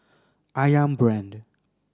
Ayam Brand